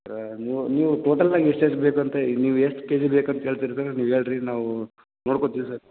ಸರ ನೀವು ನೀವು ಟೋಟಲ್ದಾಗೆ ಎಷ್ಟು ಕೆ ಜಿ ಬೇಕಂತ ನೀವು ಎಷ್ಟು ಕೆ ಜಿ ಬೇಕಂತ ಹೇಳ್ತೀರಿ ಸರ್ ನೀವು ಹೇಳಿರಿ ನಾವು ನೋಡ್ಕೋತೀವಿ ಸರ್